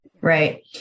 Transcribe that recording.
Right